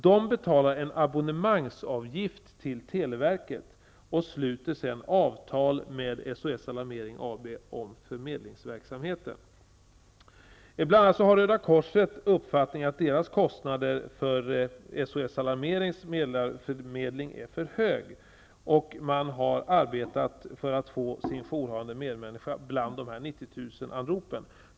De betalar en abonnemangsavgift till televerket och sluter sedan avtal med SOS Alarmering AB om förmedlingsverksamheten. Ibland har Röda korset haft uppfattningen att dess kostnader för SOS Alarmerings medlingsverksamhet är för höga. Man har arbetat för att få sin Jourhavande medmänniska bland 90 000-anropen.